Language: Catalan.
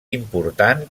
important